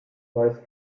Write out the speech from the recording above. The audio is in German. weise